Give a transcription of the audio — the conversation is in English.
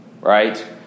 Right